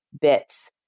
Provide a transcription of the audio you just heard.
bits